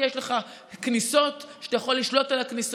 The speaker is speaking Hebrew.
כי יש לך כניסות ואתה יכול לשלוט על הכניסות,